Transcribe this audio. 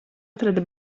atrada